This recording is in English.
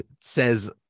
says